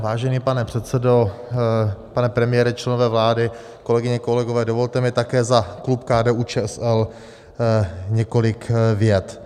Vážený pane předsedo, pane premiére, členové vlády, kolegyně, kolegové, dovolte mi také za klub KDUČSL několik vět.